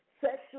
sexual